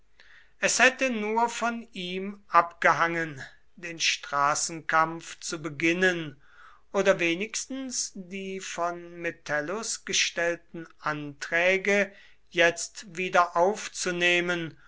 es hätte nur von ihm abgehangen den straßenkampf zu beginnen oder wenigstens die von metellus gestellten anträge jetzt